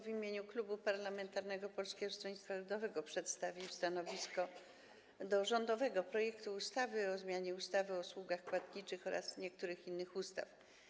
W imieniu Klubu Parlamentarnego Polskiego Stronnictwa Ludowego przedstawię stanowisko wobec rządowego projektu ustawy o zmianie ustawy o usługach płatniczych oraz niektórych innych ustaw.